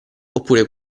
oppure